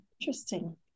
Interesting